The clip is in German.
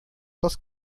das